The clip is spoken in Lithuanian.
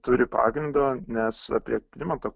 turi pagrindo nes apie klimato